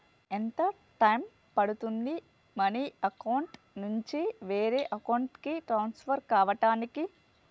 ఎంత టైం పడుతుంది money account నుంచి వేరే అకౌంట్ కి ట్రాన్స్ఫర్ కావటానికి?